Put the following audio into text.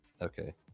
Okay